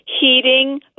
heating